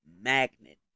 magnet